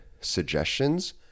suggestions